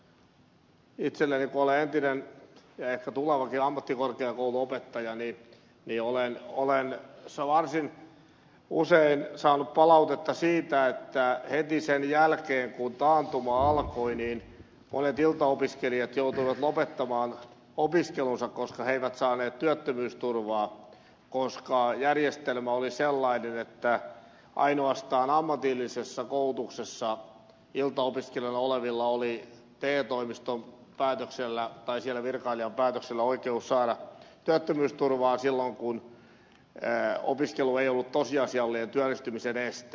itse kun olen entinen ja ehkä tulevakin ammattikorkeakouluopettaja olen varsin usein saanut palautetta siitä että heti sen jälkeen kun taantuma alkoi monet iltaopiskelijat joutuivat lopettamaan opiskelunsa koska he eivät saaneet työttömyysturvaa koska järjestelmä oli sellainen että ainoastaan ammatillisessa koulutuksessa iltaopiskelijoina olevilla oli te toimiston virkailijan päätöksellä oikeus saada työttömyysturvaa silloin kun opiskelu ei ollut tosiasiallinen työllistymisen este